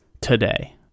today